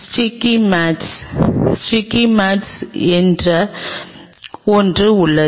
sticky mats sticky mats என்று ஒன்று உள்ளது